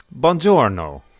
Buongiorno